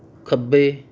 ਖੱਬੇ